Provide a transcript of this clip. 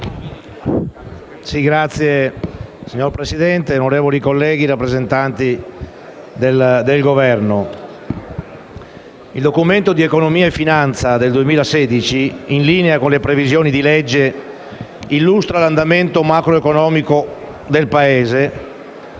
il Documento di economia e finanza 2016, in linea con le previsioni di legge, illustra l'andamento macroeconomico del Paese,